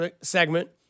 segment